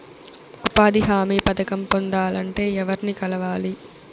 ఉపాధి హామీ పథకం పొందాలంటే ఎవర్ని కలవాలి?